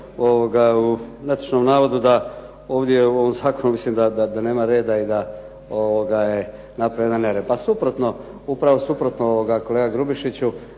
u netočnom navodu da ovdje u ovom zakonu mislim da nema reda i da je napravljen jedan nered. Pa suprotno, upravo suprotno kolega Grubišiću.